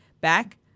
back